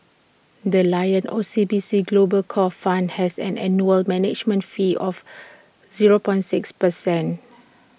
the lion O C B C global core fund has an annual management fee of zero point six percent